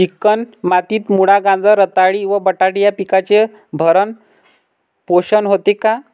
Chicken मातीत मुळा, गाजर, रताळी व बटाटे या पिकांचे भरण पोषण होते का?